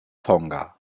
tonga